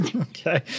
Okay